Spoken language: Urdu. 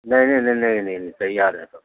نہیں نہیں نہیں نہیں صحیح آ رہے ہیں تو